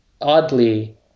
oddly